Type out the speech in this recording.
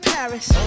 Paris